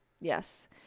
Yes